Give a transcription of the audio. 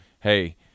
hey